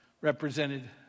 represented